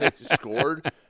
Scored